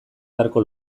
beharko